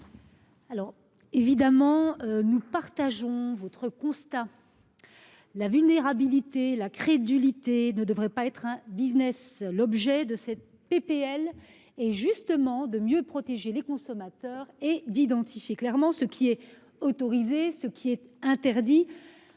Alors évidemment nous partageons votre constat. La vulnérabilité la crédulité ne devrait pas être un Business l'objet de cette PPL et justement de mieux protéger les consommateurs et d'identifier clairement ce qui est autorisé, ce qui est interdit